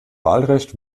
wahlrecht